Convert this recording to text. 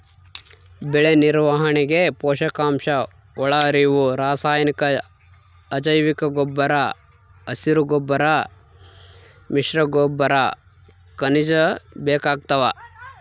ಬೆಳೆನಿರ್ವಹಣೆಗೆ ಪೋಷಕಾಂಶಒಳಹರಿವು ರಾಸಾಯನಿಕ ಅಜೈವಿಕಗೊಬ್ಬರ ಹಸಿರುಗೊಬ್ಬರ ಮಿಶ್ರಗೊಬ್ಬರ ಖನಿಜ ಬೇಕಾಗ್ತಾವ